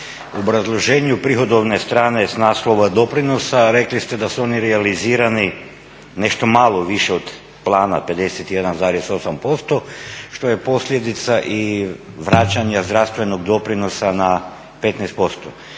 U obrazloženju prihodovne strane s naslova doprinosa rekli ste da su oni realizirani nešto malo više od plana 51,8% što je posljedica i vraćanja zdravstvenog doprinosa na 15%.